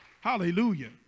Hallelujah